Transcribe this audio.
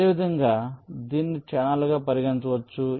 అదేవిధంగా దీనిని ఛానెల్గా పరిగణించవచ్చు